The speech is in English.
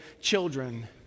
children